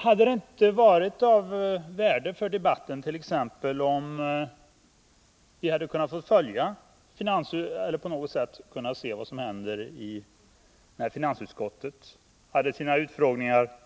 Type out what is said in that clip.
Hade det inte varit av värde för debatten om vi t.ex. hade kunnat följa eller på något sätt se vad som hände när finansutskottet hade sin utfrågning av representanter